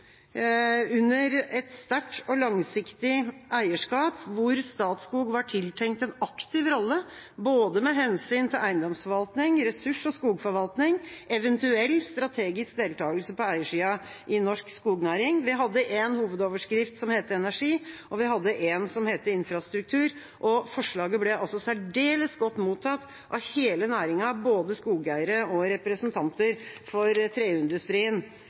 sterkt og langsiktig eierskap» var Statskog tiltenkt en aktiv rolle, med hensyn til både eiendomsforvaltning, ressurs- og skogforvaltning og eventuell strategisk deltakelse på eiersida i norsk skognæring. Vi hadde en hovedoverskrift som het «Energi», og vi hadde en som het «Infrastruktur». Forslaget ble særdeles godt mottatt av hele næringa, både skogeiere og representanter for treindustrien.